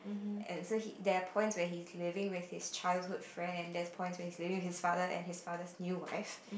and so he there are points where he is living with his childhood friend there's point where he's living with his father and his father's new wife